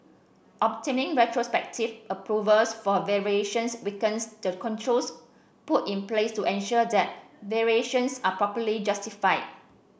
obtaining retrospective approvals for variations weakens the controls put in place to ensure that variations are properly justified